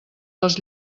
les